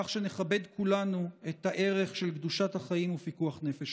כך שנכבד כולנו את הערך של קדושת החיים ופיקוח נפש.